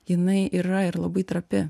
jinai yra ir labai trapi